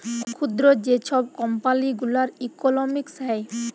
ক্ষুদ্র যে ছব কম্পালি গুলার ইকলমিক্স হ্যয়